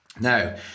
Now